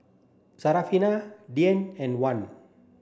Syarafina Dian and Wan